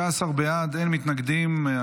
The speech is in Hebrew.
19 בעד, אין מתנגדים.